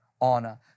honor